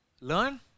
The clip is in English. learn